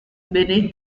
beneath